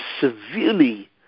severely